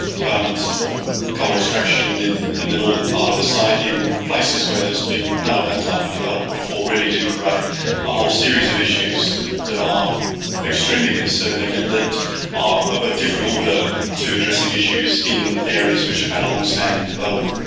developments for coal extraction in in the northern part of the site in places where there's been none of that type of development before really do create a whole series of issues that are extremely concerning and that are of a different order to addressing issues in areas which have had long standing development.